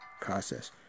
process